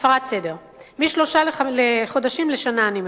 אני מבקשת להעלות משלושה חודשים לשנה.